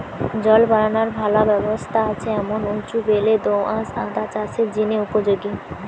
জল বারানার ভালা ব্যবস্থা আছে এমন উঁচু বেলে দো আঁশ আদা চাষের জিনে উপযোগী